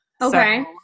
Okay